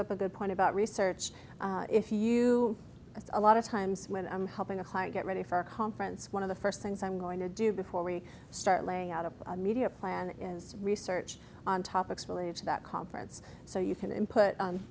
up a good point about research if you have a lot of times when i'm helping a client get ready for a conference one of the first things i'm going to do before we start laying out a media plan is research on topics related to that conference so you can input